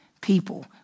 people